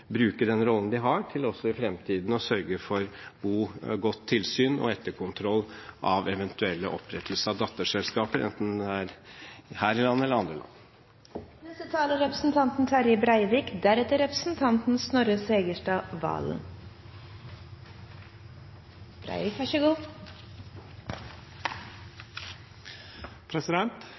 bruke den rollen de har, til også i fremtiden å sørge for godt tilsyn og etterkontroll av eventuell opprettelse av datterselskaper, enten det er her i landet eller i andre land. Diskusjonen om finansmarknadsmeldinga er